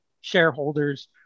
shareholders